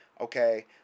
okay